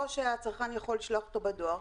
או שהצרכן יכול לשלוח אותו בדואר,